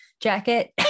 jacket